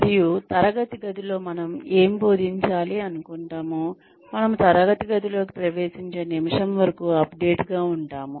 మరియు తరగతి గదిలో మనం ఏమి బోదించాలి అనుకుంటాము మనము తరగతి గదిలోకి ప్రవేసించే నిమిషం వరకు అప్డేట్ గా ఉంటాము